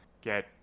get